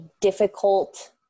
difficult